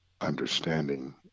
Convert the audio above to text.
understanding